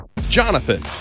Jonathan